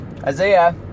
Isaiah